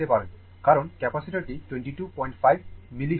কারণ ক্যাপাসিটারটি 225 মিলিফারাড